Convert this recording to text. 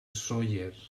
sóller